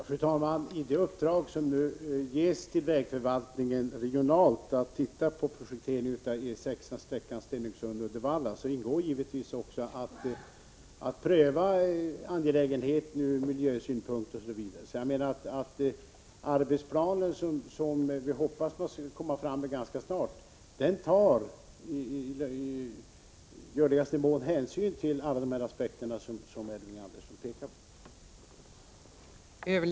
Fru talman! I det uppdrag som nu ges till vägförvaltningen regionalt — att se på projekteringen av E 6-an, sträckan Stenungsund-Uddevalla — ingår givetvis också att pröva angelägenheten från bl.a. miljösynpunkt. I arbetsplanen, som vi hoppas skall komma fram ganska snart, tas det i görligaste mån hänsyn till alla de aspekter som Elving Andersson pekade på.